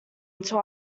until